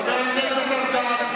חבר הכנסת ארדן,